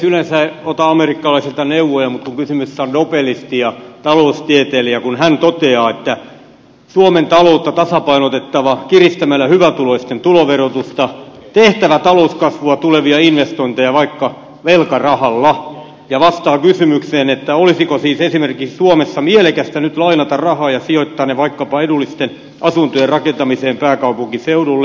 yleensä en ota amerikkalaisilta neuvoja mutta nyt kysymyksessä on nobelisti ja taloustieteilijä ja hän toteaa että suomen taloutta on tasapainotettava kiristämällä hyvätuloisten tuloverotusta tehtävä talouskasvua tulevia investointeja vaikka velkarahalla ja vastaa kyllä kysymykseen olisiko siis esimerkiksi suomessa mielekästä nyt lainata rahaa ja sijoittaa ne vaikkapa edullisten asuntojen rakentamiseen pääkaupunkiseudulle